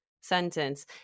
sentence